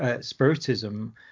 Spiritism